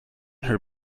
her